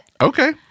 Okay